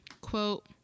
Quote